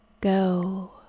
go